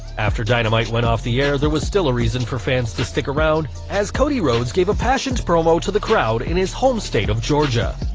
after dynamite went off the air, there was still a reason for fans to stick around, as cody rhodes gave a passioned promo to the crowd in his homestate of georgia.